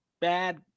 bad